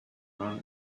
run